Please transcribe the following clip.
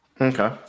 Okay